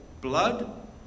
Blood